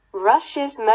russia's